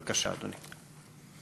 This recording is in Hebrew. בבקשה, אדוני.